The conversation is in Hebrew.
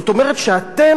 זאת אומרת שאתם,